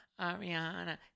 Ariana